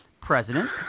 president